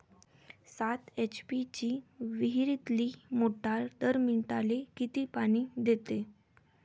सात एच.पी ची विहिरीतली मोटार दर मिनटाले किती पानी देते?